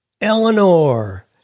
Eleanor